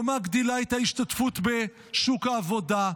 לא מגדילה את ההשתתפות בשוק העבודה,